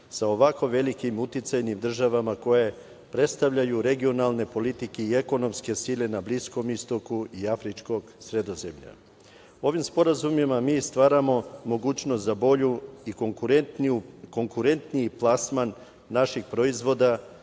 sa ovako velikim uticajnim državama koje predstavljaju regionalne politike i ekonomske sile na Bliskom Istoku i afričkog Sredozemlja. Ovim sporazumima mi stvaramo mogućnost za bolju i konkurentniji plasman naših proizvoda